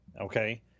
Okay